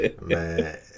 Man